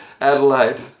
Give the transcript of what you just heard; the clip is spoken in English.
Adelaide